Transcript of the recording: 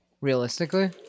realistically